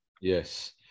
Yes